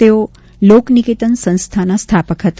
તેઓ લોકનિકેતન સંસ્થાના સ્થાપક હતા